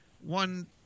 one